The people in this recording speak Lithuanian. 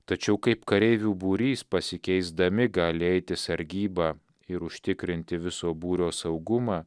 tačiau kaip kareivių būrys pasikeisdami gali eit į sargybą ir užtikrinti viso būrio saugumą